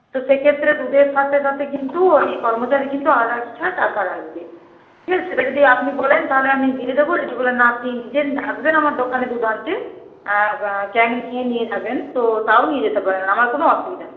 তো সেক্ষেত্রে দুধের সাথে সাথে কিন্তু ওই কর্মচারী কিন্তু আলাদা এক্সট্রা টাকা লাগবে ঠিক আছে সেটা যদি আপনি বলেন তাহলে আমি দিয়ে দেবো যদি বলেন না আপনি নিজে আসবেন আমার দোকানে দুধ আনতে ক্যান নিয়ে নিয়ে যাবেন তো তাও নিয়ে যেতে পারেন আমার কোনো অসুবিধা নেই